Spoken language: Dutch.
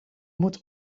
moet